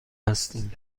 هستیم